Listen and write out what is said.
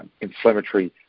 inflammatory